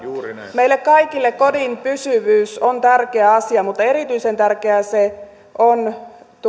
meille kaikille kodin pysyvyys on tärkeä asia mutta erityisen tärkeää se on